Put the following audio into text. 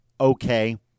okay